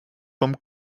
vom